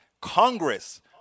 Congress